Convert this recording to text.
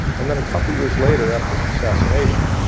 and then, a couple years later after his assassination,